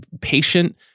patient